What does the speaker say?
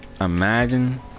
Imagine